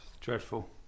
dreadful